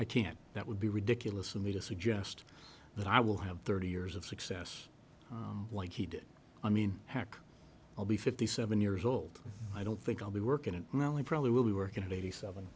i can't that would be ridiculous of me to suggest that i will have thirty years of success like he did i mean heck i'll be fifty seven years old i don't think i'll be working and not only probably will be working at eighty seven